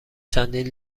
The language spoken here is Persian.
چندین